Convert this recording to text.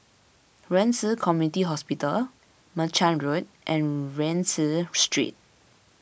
Ren Ci Community Hospital Merchant Road and Rienzi Street